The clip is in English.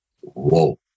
Whoa